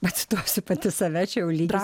pacituosiu pati save čia jau lygis